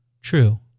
True